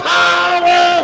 power